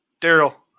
Daryl